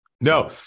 No